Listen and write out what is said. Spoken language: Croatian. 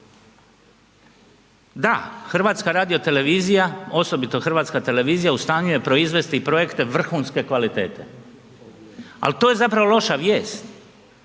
naš jezik. Da, HRT, osobito Hrvatska televizija u stanju je proizvesti i projekte vrhunske kvalitete, al to je zapravo loša vijest